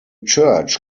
church